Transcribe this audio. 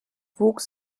wuchs